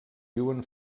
viuen